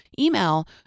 email